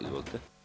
Izvolite.